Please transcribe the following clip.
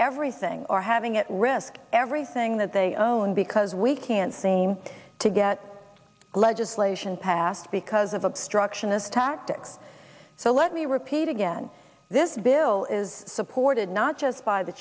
everything or having at risk everything that they own because we can't seem to get legislation passed because of obstructionist tactics so let me repeat again this bill is supported not just by the